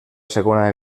segona